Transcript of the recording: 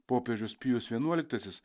popiežius pijus vienuoliktasis